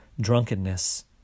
drunkenness